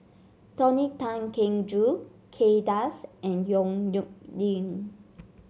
Tony Tan Keng Joo Kay Das and Yong Nyuk Lin